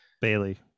Bailey